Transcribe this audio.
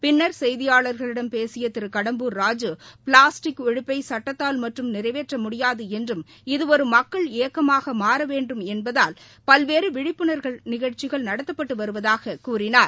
பின்னர் செய்தியாளர்களிடம் பேசிய திரு கடம்பூர் ராஜூ பிளாஸ்டிக் ஒழிப்பை சட்டத்தால் மட்டும் நிறைவேற்ற முடியாது என்றும் இது ஒரு மக்கள் இயக்கமாக மாற வேண்டும் என்பதால் பல்வேறு விழிப்புணர்வு நிகழ்ச்சிகள் நடத்தப்பட்டு வருவதாகக் கூறினார்